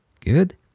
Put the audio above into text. Good